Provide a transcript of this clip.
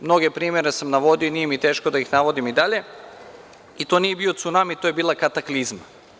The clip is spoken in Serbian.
Mnoge primere sam navodio i nije mi teško da ih navodim i dalje, i to nije bio cunami, to je bila kataklizma.